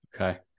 Okay